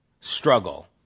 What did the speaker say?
struggle